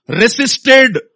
resisted